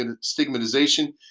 stigmatization